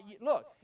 Look